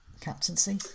Captaincy